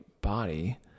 body